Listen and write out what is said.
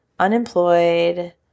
unemployed